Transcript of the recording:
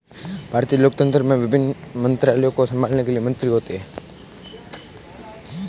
भारतीय लोकतंत्र में विभिन्न मंत्रालयों को संभालने के लिए मंत्री होते हैं